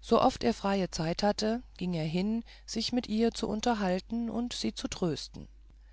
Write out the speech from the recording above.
sooft er freie zeit hatte ging er hin sich mit ihr zu unterhalten und sie zu trösten